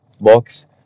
box